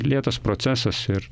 lėtas procesas ir